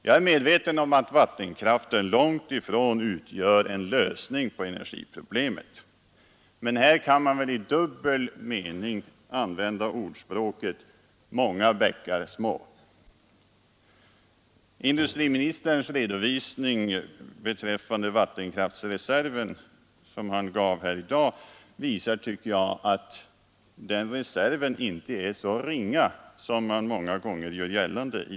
Jag är medveten om att vattenkraften långt ifrån utgör en lösning av energiproblemet. Men här kan man väl i dubbel mening använda ordspråket: Många bäckar små ———. Den redovisning beträffande vattenkraftsreserven som industriministern gav här i dag visar, tycker jag, att denna reserv inte är så ringa som man många gånger gör gällande.